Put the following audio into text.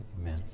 Amen